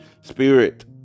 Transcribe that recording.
Spirit